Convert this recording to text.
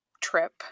trip